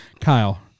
Kyle